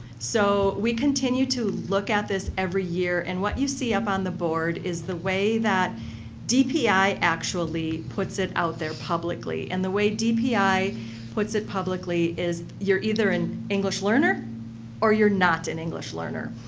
so, we continue to look at this every year. and what you see upon the board is the way that dpi actually puts it out there publicly and the way dpi puts it publicly is you're either an english learner or you're not an english learner.